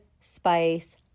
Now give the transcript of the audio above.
spice